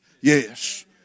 Yes